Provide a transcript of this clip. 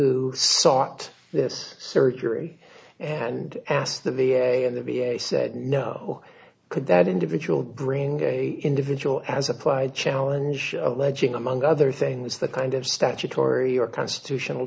who sought this surgery and asked the v a and the v a said no could that individual bring a individual as applied challenge alleging among other things the kind of statutory or constitutional